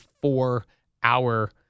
four-hour